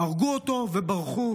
הרגו אותו וברחו.